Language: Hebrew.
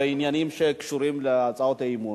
בעניינים שקשורים להצעות האי-אמון.